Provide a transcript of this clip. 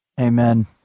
Amen